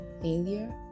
failure